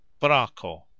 braco